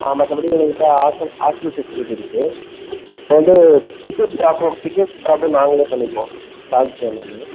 மற்றபடி எங்கக்கிட்டே hostel hostel facility இருக்குது இப்போ வந்து பிக்கப் ட்ராப்பும் பிக்கப் ட்ராப்பும் நாங்களே பண்ணிப்போம் டாக்கு எல்லாமே